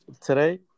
today